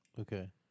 Okay